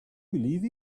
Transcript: believe